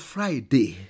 Friday